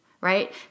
right